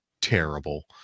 terrible